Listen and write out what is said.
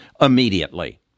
immediately